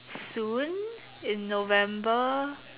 soon in November